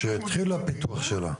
שהתחיל השיווק שלה?